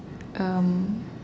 erm